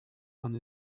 and